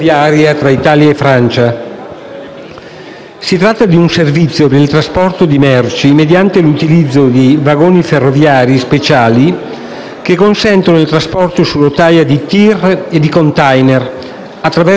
Si tratta di un servizio per il trasporto di merci mediante l'utilizzo di vagoni ferroviari speciali che consentono il trasporto su rotaia di TIR e *container* attraverso il traforo del Frejus.